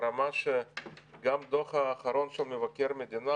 ברמה שגם דוח האחרון של מבקר המדינה,